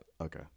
Okay